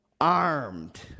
Armed